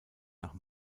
nach